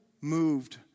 moved